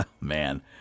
Man